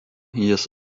jis